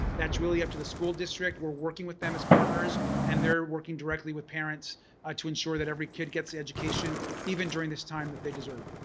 that's really up to the school district. we're working with them as partners and they're working directly with parents ah to ensure that every kid gets the education even during this time that they deserve.